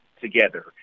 together